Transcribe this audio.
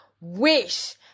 wish